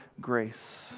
grace